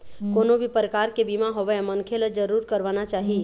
कोनो भी परकार के बीमा होवय मनखे ल जरुर करवाना चाही